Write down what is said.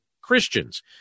Christians